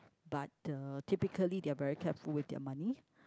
but uh typically they are very careful with their money